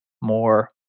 more